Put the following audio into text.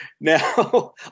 now